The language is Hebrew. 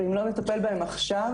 ואם לא נטפל בהן עכשיו,